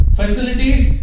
facilities